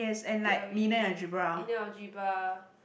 theory linear algebra